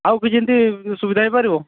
ଆଉ କିଛି ଏମିତି ସୁବିଧା ହେଇପାରିବ